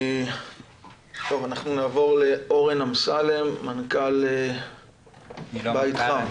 אנחנו נעבור לאורן אמסלם, מנכ"ל בית חם.